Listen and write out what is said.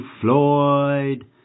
Floyd